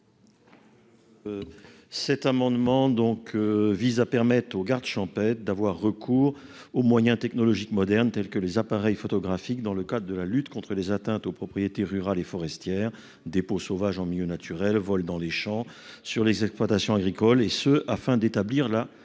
Cet amendement donc vise à permettre aux gardes champêtre d'avoir recours aux moyens technologiques modernes tels que les appareils photographiques dans le cadre de la lutte contre les atteintes aux propriétés rurale et forestière dépôts sauvages en milieu naturel vole dans les champs, sur les exploitations agricoles et ce afin d'établir la